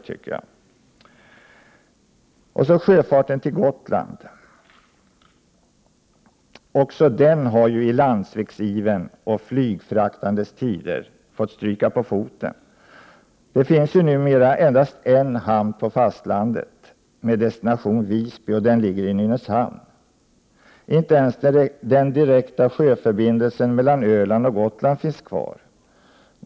Även sjöfarten till Gotland har i landsvägsiverns och flygfraktandets tider fått stryka på foten. Så finns numera endast en hamn på fastlandet med destination Visby, och den ligger i Nynäshamn. Inte ens den direkta sjöförbindelsen mellan Öland och Gotland finns kvar.